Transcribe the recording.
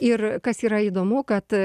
ir kas yra įdomu kad